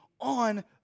on